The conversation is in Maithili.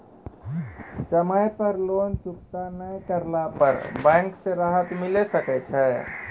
समय पर लोन चुकता नैय करला पर बैंक से राहत मिले सकय छै?